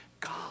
God